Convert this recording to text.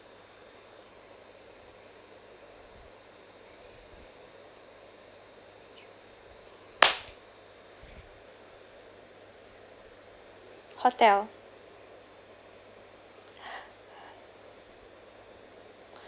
hotel